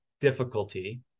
difficulty